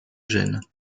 gênent